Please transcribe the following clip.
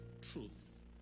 truth